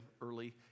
early